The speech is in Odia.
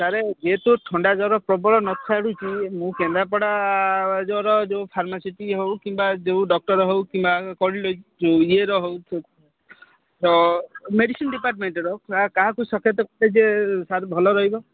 ସାର ଯେହେତୁ ଥଣ୍ଡା ଜ୍ୱର ପ୍ରବଳ ନଛାଡ଼ୁଚି ମୁଁ କେନ୍ଦ୍ରାପଡ଼ା ଫାର୍ମାସିଟି ହେଉ କିମ୍ବା ଯେଉଁ ଡକ୍ଟର ହେଉ କିମ୍ବା ଇଏର ହେଉ ମେଡ଼ିସିନ ଡିପାର୍ଟମେଣ୍ଟର ବା କାହାକୁ ସାର ଭଲ ରହିବ